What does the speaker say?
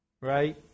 Right